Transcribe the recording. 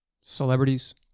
celebrities